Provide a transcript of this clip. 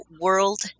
World